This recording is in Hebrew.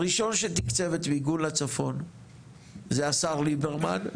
הראשון שתקצב את מיגון לצפון זה השר ליברמן,